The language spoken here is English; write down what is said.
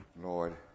Lord